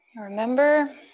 Remember